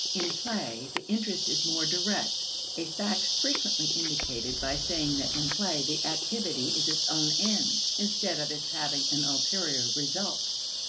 in play, the interest is more direct a fact frequently indicated by saying that in play the activity is its own end, instead of its having an ulterior result.